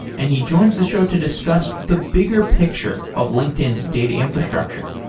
and he joins the show to discuss the bigger picture of linkedin's data infrastructure.